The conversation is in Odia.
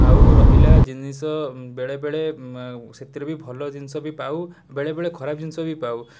ଆଉ ରହିଲା ଜିନିଷ ଉଁ ବେଳେବେଳେ ସେଥିରେ ବି ଭଲ ଜିନିଷ ବି ପାଉ ବେଳେବେଳେ ଖରାପ ଜିନିଷ ବି ପାଉ